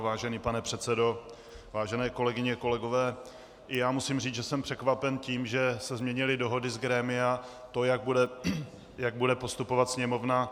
Vážený pane předsedo, vážené kolegyně, kolegové, i já musím říci, že jsem překvapen tím, že se změnily dohody z grémia, to, jak bude postupovat Sněmovna.